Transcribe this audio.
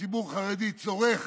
שציבור חרדי צורך